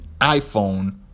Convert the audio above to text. iPhone